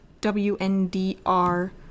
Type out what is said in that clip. W-N-D-R